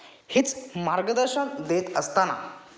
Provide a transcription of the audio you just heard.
हेच मार्गदर्शन देत असताना